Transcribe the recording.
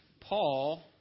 Paul